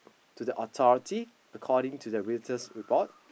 to the authority according to the Reuters report